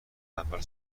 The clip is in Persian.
اول